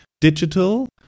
digital